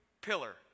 pillar